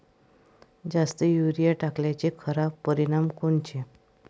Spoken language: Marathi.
जास्त युरीया टाकल्याचे खराब परिनाम कोनचे?